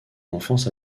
enfance